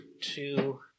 two